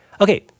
Okay